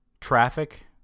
traffic